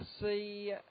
see